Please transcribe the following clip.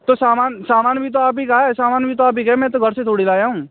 तो सामान सामान भी तो आप ही का है सामान भी तो आप ही का है मैं तो घर से थोड़ी लाया हूँ